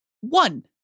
one